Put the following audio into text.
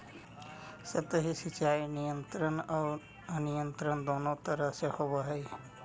सतही सिंचाई नियंत्रित आउ अनियंत्रित दुनों तरह से होवऽ हइ